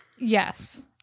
Yes